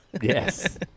Yes